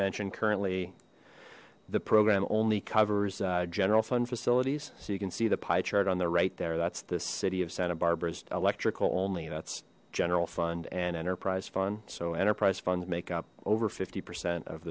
mentioned currently the program only covers general fund facilities so you can see the pie chart on the right there that's the city of santa barbara's electrical only that's general fund and enterprise fund so enterprise funds make up over fifty percent of